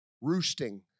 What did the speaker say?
roosting